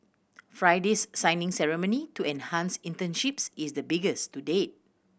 Friday's signing ceremony to enhance internships is the biggest to date